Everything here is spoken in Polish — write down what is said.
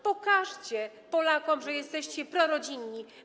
Pokażcie Polakom, że jesteście prorodzinni.